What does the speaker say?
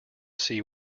see